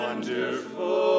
Wonderful